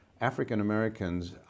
African-Americans